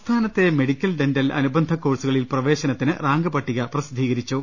സംസ്ഥാനത്തെ medical dental അനുബന്ധ കോഴ്സുകളിൽ പ്രവേശനത്തിന് റാങ്ക് പട്ടിക പ്രസിദ്ധീരിച്ചു